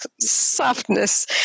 softness